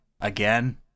again